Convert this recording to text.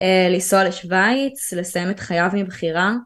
לנסוע לשוויץ, לסיים חייו מבחירה.